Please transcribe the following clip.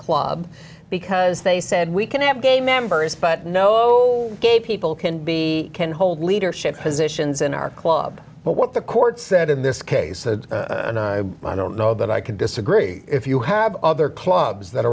club because they said we can have gay members but no gay people can be can hold leadership positions in our club but what the court said in this case i don't know that i can disagree if you have other clubs that